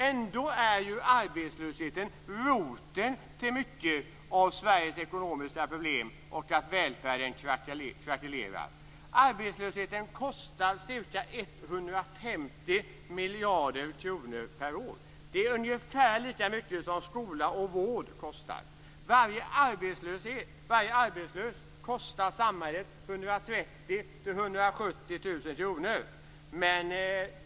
Ändå är arbetslösheten roten till mycket av Sveriges ekonomiska problem och till att välfärden krackelerar. Arbetslösheten kostar ca 150 miljarder kronor per år. Det är ungefär lika mycket som skola och vård kostar. Varje arbetslös kostar samhället 130 000 till 170 000 kr.